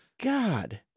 God